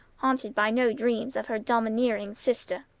haunted by no dreams of her domineering sister.